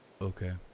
Okay